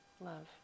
love